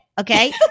Okay